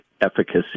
efficacy